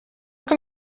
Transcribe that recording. que